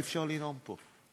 אי-אפשר לנאום פה.